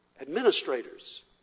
administrators